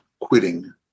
quitting